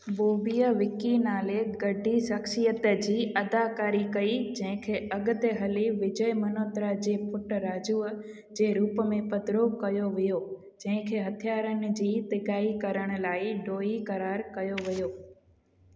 बॉबीअ विक्की नाले ॻढी शख़्सियत जी अदाकारी कई जंहिंखे अॻिते हली विजय मल्होत्रा जे पुटु राजूअ जे रूप में पधिरो कयो वियो जंहिंखे हथियारनि जी तिॻाई करण लाइ ॾोही क़रारु कयो वियो